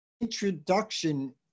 introduction